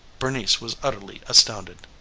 bernice was utterly astounded.